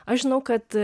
aš žinau kad